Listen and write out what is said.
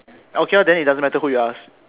okay lor then it doesn't matter who you ask